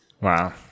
Wow